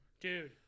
Dude